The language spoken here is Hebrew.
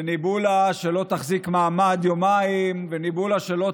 ניבאו לה שלא תחזיק מעמד יומיים וניבאו לה שלא